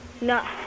No